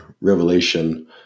revelation